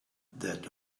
that